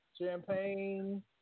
champagne